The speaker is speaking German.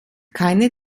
keine